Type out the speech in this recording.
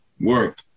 work